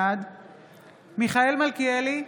בעד מיכאל מלכיאלי,